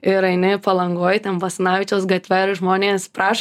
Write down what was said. ir eini palangoj basanavičiaus gatve ir žmonės prašo